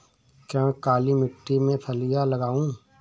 क्या मैं काली मिट्टी में फलियां लगाऊँ?